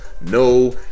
No